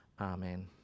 Amen